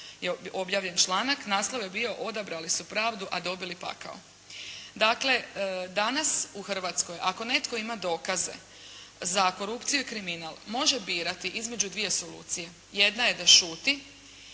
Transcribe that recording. je objavljen članak, naslov je bio "Odabrali su pravdu, a dobili pakao". Dakle danas u Hrvatskoj ako netko ima dokaze za korupciju i kriminal može birati između dvije solucije, jedna je da šuti